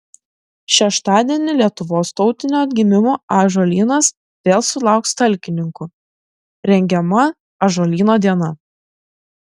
šeštadienį lietuvos tautinio atgimimo ąžuolynas vėl sulauks talkininkų rengiama ąžuolyno diena